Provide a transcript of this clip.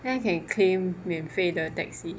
then I can claim 免费的 taxi